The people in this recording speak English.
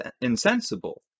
insensible